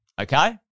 okay